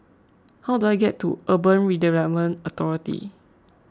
how do I get to Urban Redevelopment Authority